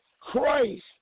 Christ